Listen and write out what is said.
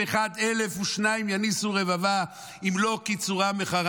אלף ושנים יניסו רבבה אם לא כי צורם מכרם".